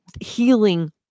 healing